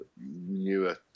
newer